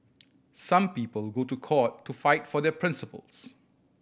some people go to court to fight for their principles